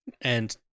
and-